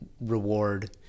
reward